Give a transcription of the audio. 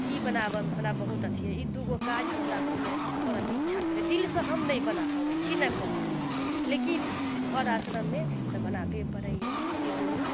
ई बनाबऽमे हमरा बहुत अथि होइया ई दूगो काज हमरा नहि करऽके इच्छा करैया दिलसँ हम नहि बना पबैत छी नहि कऽ पबैत छी लेकिन घर आश्रममे तऽ बनाबहे पड़ैया ई दुनू